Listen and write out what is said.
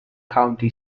county